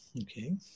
Okay